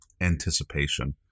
anticipation